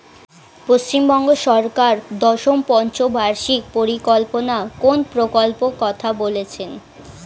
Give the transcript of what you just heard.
পশ্চিমবঙ্গ সরকার দশম পঞ্চ বার্ষিক পরিকল্পনা কোন প্রকল্প কথা বলেছেন?